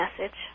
message